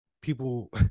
people